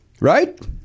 Right